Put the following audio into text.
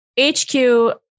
HQ